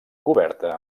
coberta